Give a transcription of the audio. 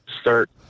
start